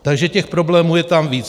Takže těch problémů je tam víc.